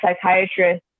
psychiatrist